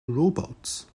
robots